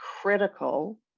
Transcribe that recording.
critical